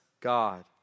God